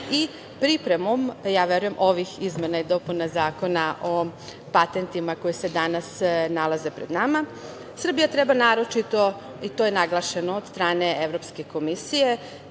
i pripremom, ja verujem, ovih izmena i dopuna Zakona o patentima, koji se danas nalaze pred nama. Srbija treba naročito, i to je naglašeno od strane Evropske komisije,